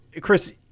Chris